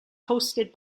hosted